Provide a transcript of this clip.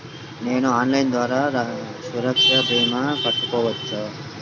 నేను ఆన్లైన్ ద్వారా సురక్ష భీమా కట్టుకోవచ్చా?